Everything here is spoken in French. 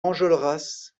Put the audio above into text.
enjolras